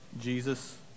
Jesus